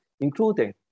including